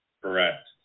Correct